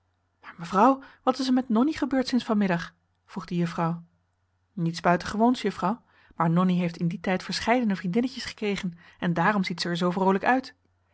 mevrouw wat is er met nonnie gebeurd sinds van middag vroeg de juffrouw niets buitengewoons juffrouw maar nonnie heeft in dien tijd verscheiden vriendinnetjes gekregen en daarom ziet ze er zoo vroolijk uit